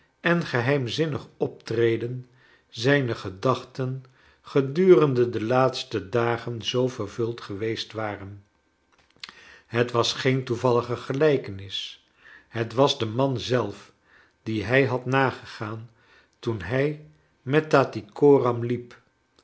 en geheimzinnig optreden zijne ge j dachten gedurende de laatste dagen zoo vervuid geweest waren het was j geen toevallige gelijkenis het was de man zelf dien hij had nagegaan toen hij met tatty coram liep